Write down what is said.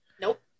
Nope